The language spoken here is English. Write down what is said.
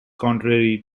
contrary